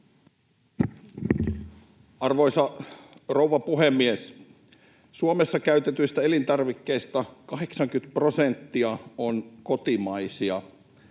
Arvoisa rouva puhemies! Suomessa käytetyistä elintarvikkeista 80 prosenttia on kotimaisia,